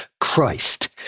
Christ